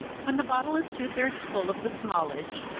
when the bottle is two-thirds full of the smallage,